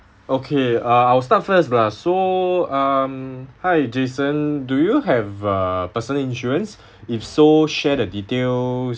okay uh I'll start first lah so um hi jason do you have a personal insurance if so share the details